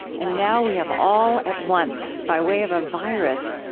and now we have all at once, by way of a virus,